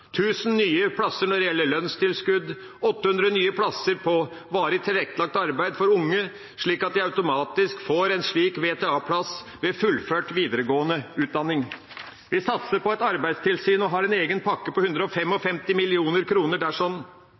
lønnstilskudd, 800 nye plasser med varig tilrettelagt arbeid for unge, slik at de automatisk får en slik VTA-plass ved fullført videregående utdanning. Vi satser på Arbeidstilsynet og har en egen pakke på